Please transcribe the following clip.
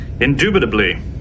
Indubitably